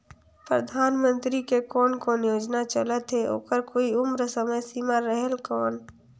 परधानमंतरी के कोन कोन योजना चलत हे ओकर कोई उम्र समय सीमा रेहेल कौन?